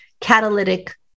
catalytic